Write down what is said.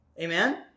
amen